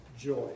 joy